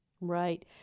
Right